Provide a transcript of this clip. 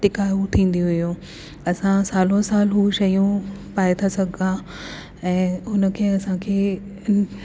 टिकाऊ थींदियूं हुयूं असां सालो साल उहे शयूं पाए था सघां ऐं हुन खे असांखे